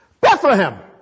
Bethlehem